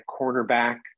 cornerback